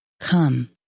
Come